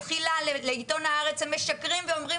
בתחילה לעיתון הארץ הם משקרים ואומרים